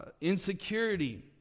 insecurity